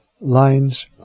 lines